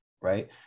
right